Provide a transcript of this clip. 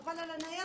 סתם חבל על הניירת.